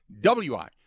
WI